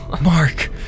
Mark